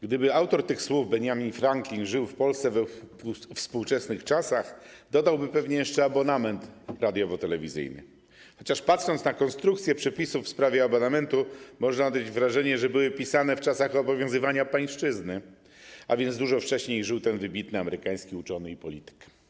Gdyby autor tych słów Benjamin Franklin żył w Polsce we współczesnych czasach, dodałby pewnie jeszcze abonament radiowo-telewizyjny, chociaż patrząc na konstrukcję przepisów w sprawie abonamentu, można odnieść wrażenie, że były pisane w czasach obowiązywania pańszczyzny, a więc dużo wcześniej żył ten wybitny amerykański uczony i polityk.